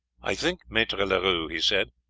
i think, maitre leroux, he said,